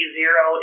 zero